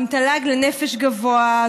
עם תל"ג לנפש גבוה.